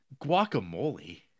Guacamole